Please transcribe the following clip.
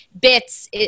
bits